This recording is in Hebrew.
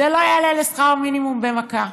זה לא יעלה לשכר מינימום במכה.